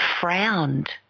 frowned